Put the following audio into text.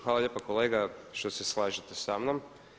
Hvala lijepa kolega što se slažete samnom.